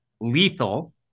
lethal